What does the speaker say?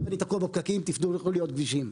אני תקוע בפקקים תבנו לי עוד כבישים",